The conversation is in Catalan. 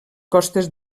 costes